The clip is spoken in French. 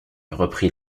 reprit